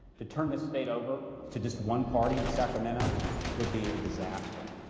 to turn this state over to just one party in sacramento would be a disaster.